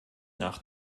nach